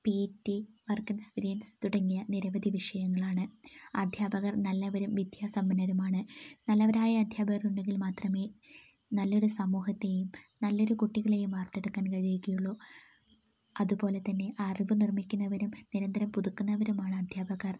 P T work experience തുടങ്ങിയ നിരവധി വിഷയങ്ങളാണ് അധ്യാപകർ നല്ലവരും വിദ്യാ സമ്പന്നരുമാണ് നല്ലവരായ അധ്യാപകരുണ്ടങ്കിൽ മാത്രമേ നല്ലൊരു സാമൂഹത്തെയും നല്ലൊരു കുട്ടികളെയും വാർത്തെടുക്കാൻ കഴിയുകയുള്ളൂ അതുപോലെത്തന്നെ ആ അറിവ് നിർമിക്കുന്നവനും നിരന്തരം പുതുക്കുന്നവനുമാണ് അധ്യാപകർ